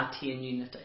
unity